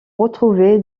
retrouvé